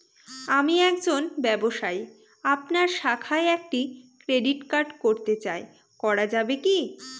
আমি একজন ব্যবসায়ী আপনার শাখায় একটি ক্রেডিট কার্ড করতে চাই করা যাবে কি?